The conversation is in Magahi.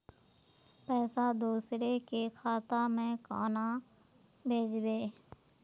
पैसा दूसरे के खाता में केना भेजबे?